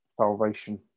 salvation